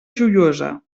joiosa